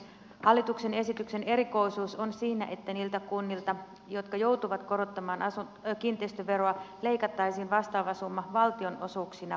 hallituksen esityksen erikoisuus on siinä että niiltä kunnilta jotka joutuvat korottamaan kiinteistöveroa leikattaisiin vastaava summa valtionosuuksina pois